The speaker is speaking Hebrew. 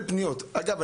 אגב,